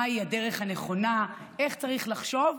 מהי הדרך הנכונה ואיך צריך לחשוב,